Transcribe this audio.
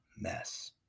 mess